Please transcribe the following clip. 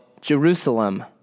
Jerusalem